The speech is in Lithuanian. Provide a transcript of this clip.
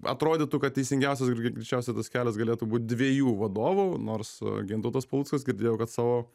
atrodytų kad teisingiausias greičiausiai tas kelias galėtų būt dviejų vadovų nors gintautas paluckas girdėjau kad savo